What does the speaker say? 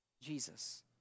Jesus